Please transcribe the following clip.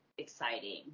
Exciting